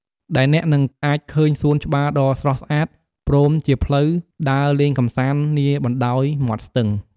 ដែលអ្នកនឹងអាចឃើញសួនច្បារដ៏ស្រស់ស្អាត ព្រមជាផ្លូវដើរលេងកម្សាន្តនាបណ្តោយមាត់ស្ទឹង។